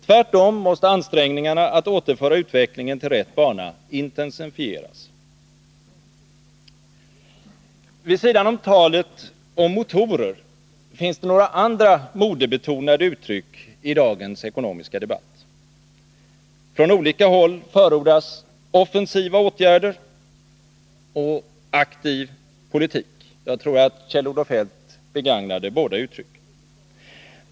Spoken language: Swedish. Tvärtom måste ansträngningarna att återföra utvecklingen till rätt bana intensifieras. Vid sidan av talet on: motorer finns det några andra modebetonade uttryck i dagens ekonomiska debatt. Från olika håll förordas ”offensiva åtgärder” och ”aktiv politik”. Jag tror att Kjell-Olof Feldt begagnade båda uttrycken.